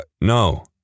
no